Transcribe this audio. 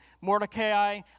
Mordecai